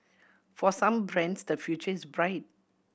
for some brands the future is bright